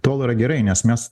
tol yra gerai nes mes